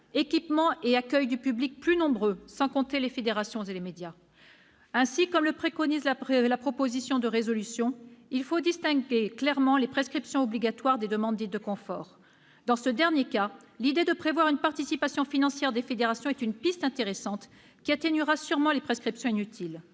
capacités d'accueil du public plus nombreux, sans compter les exigences des fédérations et des médias. Ainsi, comme le préconise la proposition de résolution, il faut distinguer clairement les prescriptions obligatoires des demandes dites « de confort ». Dans ce dernier cas, l'idée de prévoir une participation financière des fédérations est une piste intéressante, qui atténuera sûrement les prescriptions inutiles.